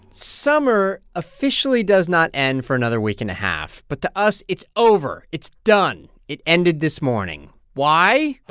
summer officially does not end for another week and a half. but to us, it's over. it's done. it ended this morning. why?